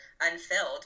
unfilled